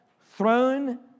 Throne